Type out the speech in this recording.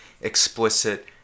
explicit